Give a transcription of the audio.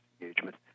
engagement